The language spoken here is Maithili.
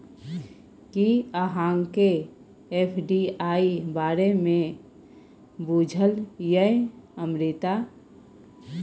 कि अहाँकेँ एफ.डी.आई बारे मे बुझल यै अमृता?